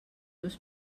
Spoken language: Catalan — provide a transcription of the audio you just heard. meus